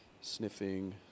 Sniffing